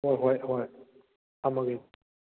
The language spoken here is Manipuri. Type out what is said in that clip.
ꯍꯣꯏ ꯍꯣꯏ ꯍꯣꯏ ꯊꯝꯃꯒꯦ